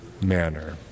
manner